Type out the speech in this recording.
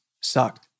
sucked